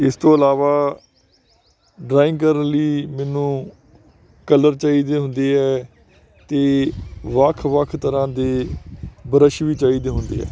ਇਸ ਤੋਂ ਇਲਾਵਾ ਡਰਾਇੰਗ ਕਰਨ ਲਈ ਮੈਨੂੰ ਕਲਰ ਚਾਹੀਦੇ ਹੁੰਦੇ ਹੈੈ ਅਤੇ ਵੱਖ ਵੱਖ ਤਰ੍ਹਾਂ ਦੀ ਬਰਸ਼ ਵੀ ਚਾਹੀਦੀ ਹੁੰਦੇ ਹੈ